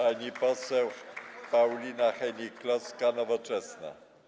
Pani poseł Paulina Hennig-Kloska, Nowoczesna.